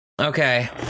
Okay